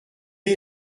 est